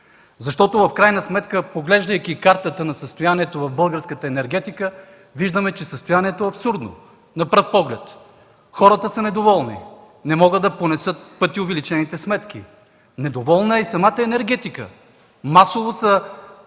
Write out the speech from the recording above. Защото в крайна сметка, поглеждайки картата на състоянието на българската енергетика, виждаме, че на пръв поглед състоянието е абсурдно. Хората са недоволни, не могат да понесат в пъти увеличените сметки. Недоволна е и самата енергетика. Масово има